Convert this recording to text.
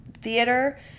theater